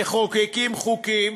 מחוקקים חוקים